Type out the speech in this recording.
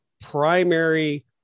primary